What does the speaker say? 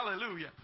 hallelujah